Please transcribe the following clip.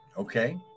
Okay